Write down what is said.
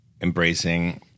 embracing